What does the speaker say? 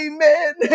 Amen